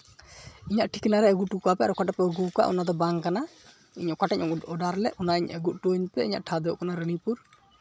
ᱤᱧᱟᱹᱜ ᱴᱷᱤᱠᱟᱱᱟ ᱨᱮ ᱟᱹᱜᱩ ᱦᱚᱴᱚ ᱠᱟᱜ ᱯᱮ ᱟᱨ ᱚᱠᱟᱴᱟᱜ ᱯᱮ ᱟᱹᱜᱩ ᱠᱟᱜ ᱚᱱᱟᱫᱚ ᱵᱟᱝ ᱠᱟᱱᱟ ᱤᱧ ᱚᱠᱟᱴᱟᱜ ᱤᱧ ᱚᱰᱟᱨ ᱞᱮᱫ ᱚᱱᱟᱧ ᱟᱹᱜᱩ ᱦᱚᱴᱚᱣᱟᱹᱧ ᱯᱮ ᱤᱧᱟᱹᱜ ᱴᱷᱟᱶ ᱫᱚ ᱦᱩᱭᱩᱜ ᱠᱟᱱᱟ ᱨᱟᱱᱤᱯᱩᱨ